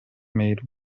made